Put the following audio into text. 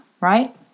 right